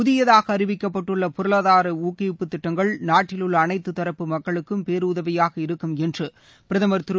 புதியதாக அறிவிக்கப்பட்டுள்ள பொருளாதார ஊக்குவிப்பு திட்டங்கள் நாட்டிலுள்ள அனைத்து தரப்பு மக்களுக்கும் பேருதவியாக இருக்கும் என்று பிரதமர் திரு